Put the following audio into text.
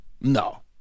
No